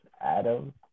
Adam